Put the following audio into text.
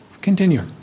continue